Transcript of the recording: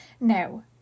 Now